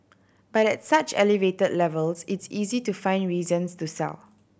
but at such elevated levels it's easy to find reasons to sell